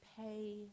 pay